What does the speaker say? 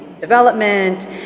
development